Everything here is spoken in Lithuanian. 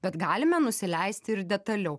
bet galime nusileisti ir detaliau